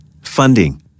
Funding